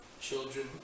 children